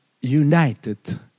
united